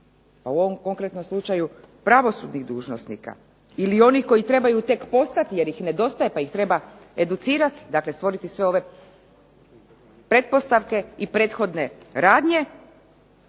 a u ovom konkretnom slučaju pravosudnih dužnosnika, ili onih koji trebaju tek postati, jer ih nedostaje, pa ih treba educirati, dakle stvoriti sve ove pretpostavke i prethodne radnje,